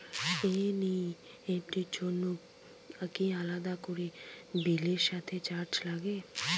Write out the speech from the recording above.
NEFT র জন্য কি আলাদা করে বিলের সাথে চার্জ লাগে?